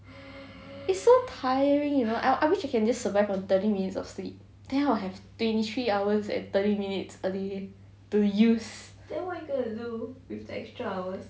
it's so tiring you know I I wish you can just survive on thirty minutes of sleep then I'll have twenty three hours and thirty minutes a day to use